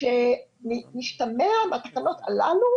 שמשתמע מהתקנות הללו